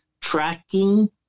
tracking